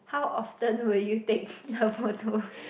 how often will you take the photos